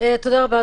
תודה רבה,